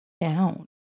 down